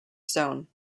zone